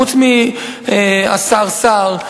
חוץ מהשר סער,